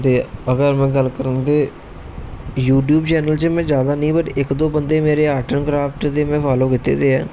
दे अगर में गल करो ते यूट्यूब चैनल च में ज्यादा नेई बट इक दो बंदे मेरे आर्ट एंड कराफट दे में फालो किते दे ऐ